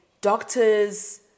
doctors